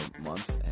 month